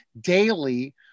daily